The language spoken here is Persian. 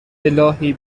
االهی